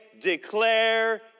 declare